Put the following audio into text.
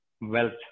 wealth